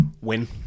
Win